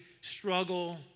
struggle